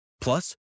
Plus